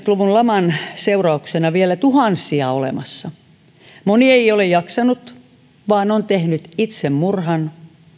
luvun laman seurauksena vielä tuhansia olemassa moni ei ole jaksanut vaan on tehnyt itsemurhan